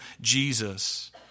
Jesus